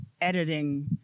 editing